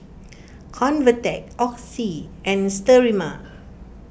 Convatec Oxy and Sterimar